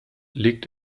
liegt